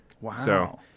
Wow